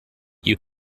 you